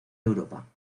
europa